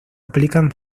aplican